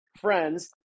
friends